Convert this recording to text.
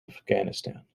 afghanistan